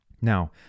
Now